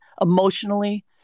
emotionally